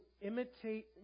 imitate